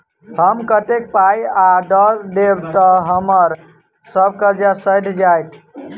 हम कतेक पाई आ दऽ देब तऽ हम्मर सब कर्जा सैध जाइत?